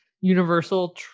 universal